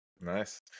Nice